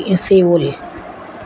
શેવોલે